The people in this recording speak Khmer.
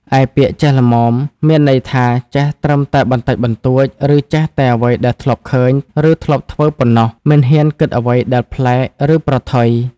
ឯ ពាក្យ "ចេះល្មម" មានន័យថាចេះត្រឹមតែបន្តិចបន្តួច ឬចេះតែអ្វីដែលធ្លាប់ឃើញ ឬធ្លាប់ធ្វើប៉ុណ្ណោះ មិនហ៊ានគិតអ្វីដែលប្លែក ឬប្រថុយ។